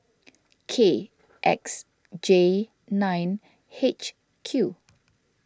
K X J nine H Q